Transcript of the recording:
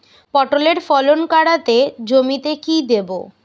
পটলের ফলন কাড়াতে জমিতে কি দেবো?